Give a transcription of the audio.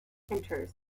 enters